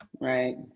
Right